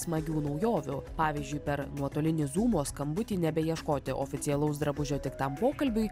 smagių naujovių pavyzdžiui per nuotolinį zūmo skambutį nebeieškoti oficialaus drabužio tik tam pokalbiui